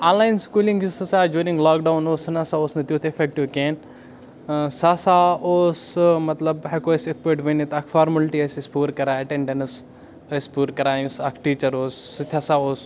online schooling یُس ہَسا during lockdown اوس سُہ نہ سا اوس نہٕ تیُتھ اِفٮ۪کٹِو کِہیٖنۍ سُہ ہَسا اوس سُہ مطلب ہٮ۪کو أسۍ یِتھ پٲٹھۍ ؤنِتھ اَکھ فارمَلٹی ٲسۍ أسۍ پوٗرٕ کَران اَٹٮ۪نٛڈٮ۪نٕس ٲسۍ پوٗرٕ کَران یُس اَکھ ٹیٖچَر اوس سُہ تہِ ہَسا اوس